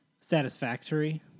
satisfactory